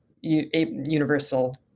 universal